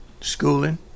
schooling